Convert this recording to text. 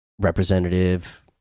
Representative